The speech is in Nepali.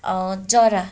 जरा